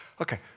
Okay